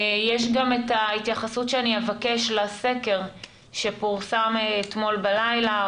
יש גם את ההתייחסות שאני אבקש לסקר שפורסם אתמול בלילה,